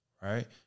Right